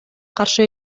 каршы